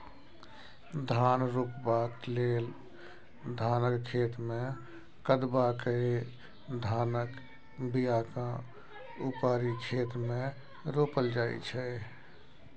धान रोपबाक लेल धानक खेतमे कदबा कए धानक बीयाकेँ उपारि खेत मे रोपल जाइ छै